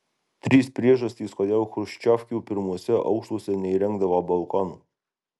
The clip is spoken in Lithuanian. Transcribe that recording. trys priežastys kodėl chruščiovkių pirmuose aukštuose neįrengdavo balkonų